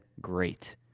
Great